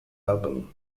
album